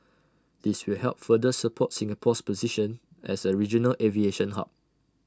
this will help further support Singapore's position as A regional aviation hub